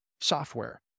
software